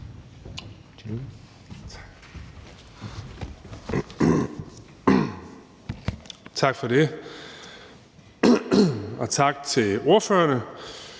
Tak for det, og tak til ordførerne